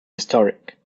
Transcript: historic